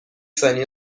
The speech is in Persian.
ثانیه